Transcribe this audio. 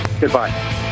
Goodbye